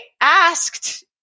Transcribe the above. asked